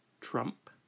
Trump